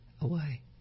away